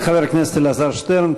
תודה לחבר הכנסת אלעזר שטרן.